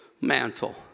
mantle